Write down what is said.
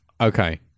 Okay